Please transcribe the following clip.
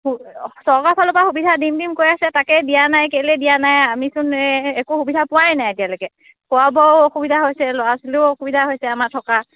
চৰকাৰৰ ফালৰ পৰা সুবিধা দিম দিম কৈ আছে তাকেই দিয়া নাই কেলেই দিয়া নাই আমি চোন একো সুবিধা পোৱাই নাই এতিয়ালৈকে খোৱা বোৱাৰো অসুবিধা হৈছে ল'ৰা ছোৱালীৰো অসুবিধা হৈছে আমাৰ থকা